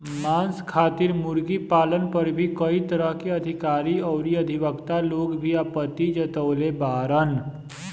मांस खातिर मुर्गी पालन पर भी कई तरह के अधिकारी अउरी अधिवक्ता लोग भी आपत्ति जतवले बाड़न